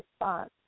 response